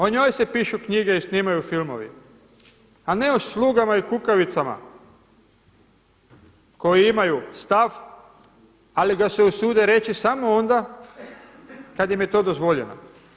O njoj se pišu knjige i snimaju filmovi, a ne o slugama i kukavicama koji imaju stav ali ga se usude reći samo onda kada im je to dozvoljeno.